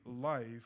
life